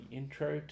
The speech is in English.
intro